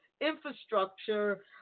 infrastructure